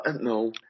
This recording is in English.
No